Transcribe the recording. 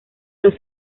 los